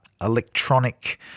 electronic